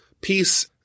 peace